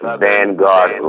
vanguard